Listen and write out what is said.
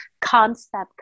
concept